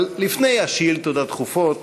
אבל לפני השאילתות הדחופות,